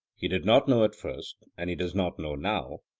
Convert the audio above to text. he did not know at first, and he does not know now,